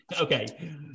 Okay